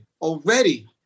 Already